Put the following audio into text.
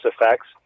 effects